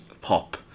pop